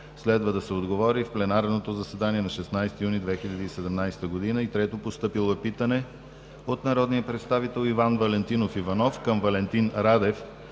Валентин Радев